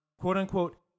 quote-unquote